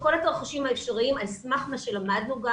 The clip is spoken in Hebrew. כל התרחישים האפשריים על סמך מה שלמדנו.